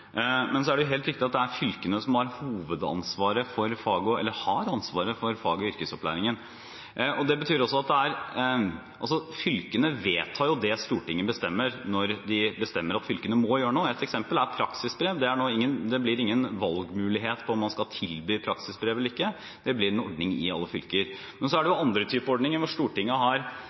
ansvaret for fag- og yrkesopplæringen, og fylkene vedtar det Stortinget bestemmer når de bestemmer at fylkene må gjøre noe. Et eksempel er praksisbrev. Det blir ingen valgmulighet med hensyn til om man skal tilby praksisbrev eller ikke, det blir en ordning i alle fylker. Men så er det